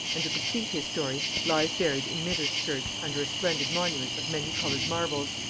and, to complete his story, lies buried in midhurst church under a splendid monument of many-colored marbles,